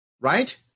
right